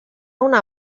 una